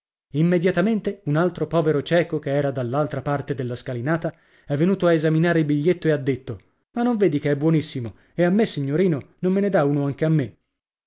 immediatamente un altro povero cieco che era dall'altra parte della scalinata è venuto a esaminare il biglietto e ha detto ma non vedi che è buonissimo e a me signorino non me ne dà uno anche a me